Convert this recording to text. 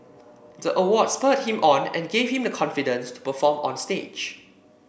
the award spurred him on and gave him the confidence to perform on stage